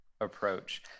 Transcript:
approach